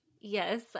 Yes